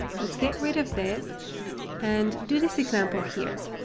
let's get rid of this and do this example here.